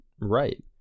right